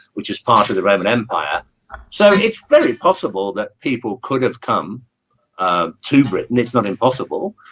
which is part of the roman empire so it's very possible that people could have come ah to britain it's not impossible,